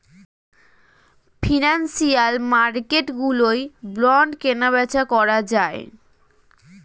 financial মার্কেটগুলোয় bond কেনাবেচা করা যায়